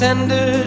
Tender